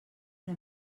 una